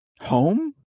home